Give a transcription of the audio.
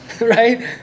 right